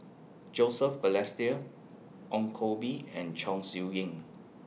Joseph Balestier Ong Koh Bee and Chong Siew Ying